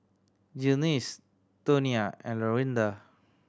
Glynis Tonia and Lorinda